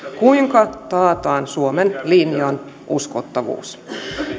kuinka taataan suomen linjan uskottavuus